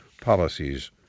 policies